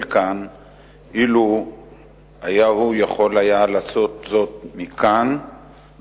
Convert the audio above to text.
כאן אילו היה הוא יכול לעשות זאת מכאן,